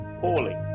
Poorly